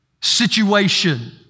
situation